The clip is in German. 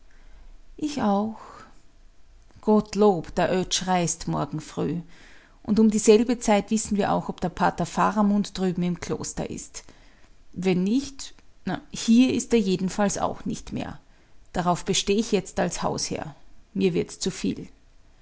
ich auch gottlob der oetsch reist morgen früh und um dieselbe zeit wissen wir auch ob der pater faramund drüben im kloster ist wenn nicht hier ist er jedenfalls auch nicht mehr darauf besteh ich jetzt als hausherr mir wird's zu